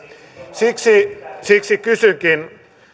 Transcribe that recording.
siksi siksi kysynkin